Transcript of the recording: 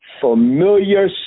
familiar